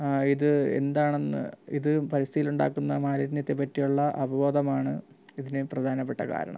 ഇത് എന്താണെന്ന് ഇത് പരിസ്ഥിതിയിൽ ഉണ്ടാക്കുന്ന മാലിന്യത്തെ പറ്റിയുള്ള അവബോധമാണ് ഇതിന് പ്രധാനപ്പെട്ട കാരണം